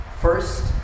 first